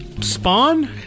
spawn